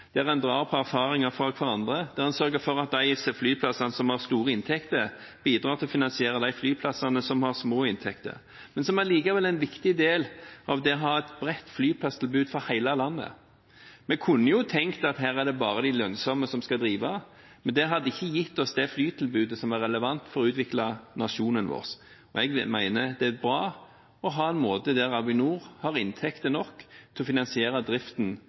en trekker på erfaringer fra hverandre, en sørger for at de flyplassene som har store inntekter, bidrar til å finansiere de flyplassene som har små inntekter, men som allikevel er en viktig del av det å ha et bredt flyplasstilbud for hele landet. Vi kunne tenkt at det bare er de lønnsomme som skal drive, men det hadde ikke gitt oss det flytilbudet som er relevant for å utvikle nasjonen vår. Jeg mener det er bra at Avinor har inntekter nok til å finansiere driften